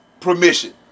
permission